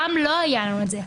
פעם לא היה לנו את זה.